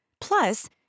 plus